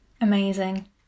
Amazing